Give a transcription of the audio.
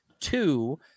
two